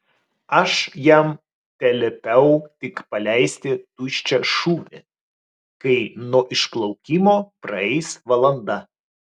aš jam teliepiau tik paleisti tuščią šūvį kai nuo išplaukimo praeis valanda